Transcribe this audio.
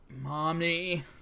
Mommy